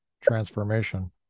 transformation